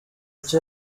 cha